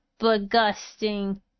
begusting